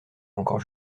encore